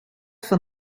van